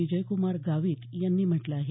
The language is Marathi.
विजयक्मार गावित यांनी म्हटलं आहे